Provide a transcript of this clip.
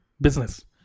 business